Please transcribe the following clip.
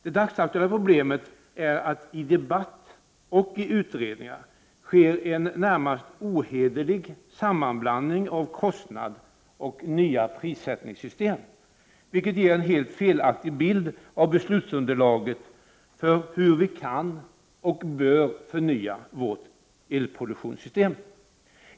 Det dagsaktuella problemet är att det i debatter och i utredningar sker en närmast ohederlig sammanblandning av kostnad och nya prissättningssystem, vilket ger en helt felaktig bild av beslutsunderlaget för hur vi kan och bör förnya vårt elproduktionssystem.